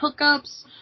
hookups